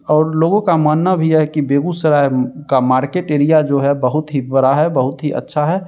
और लोगों का मानना भी यह है कि बेगूसराय का मार्केट एरिया जो है बहुत ही बड़ा है बहुत ही अच्छा है